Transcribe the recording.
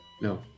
no